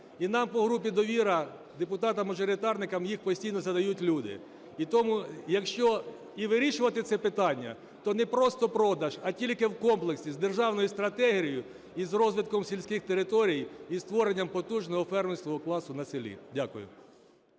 і нам по групі "Довіра" депутатам-мажоритарникам їх постійно задають люди. І тому, якщо і вирішувати це питання, то не просто продаж, а тільки в комплексі з державною стратегією і з розвитком сільських територій і створенням потужного фермерського класу на селі. Дякую.